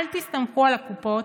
אל תסתמכו על הקופות,